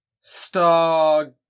star